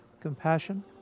compassion